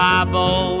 Bible